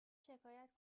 شکایت